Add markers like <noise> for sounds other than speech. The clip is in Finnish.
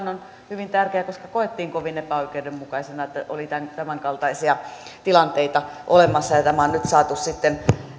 <unintelligible> on hyvin tärkeä koska koettiin kovin epäoikeudenmukaisena että oli tämänkaltaisia tilanteita olemassa ja tämä on nyt saatu sitten